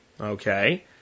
okay